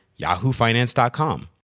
yahoofinance.com